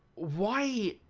why?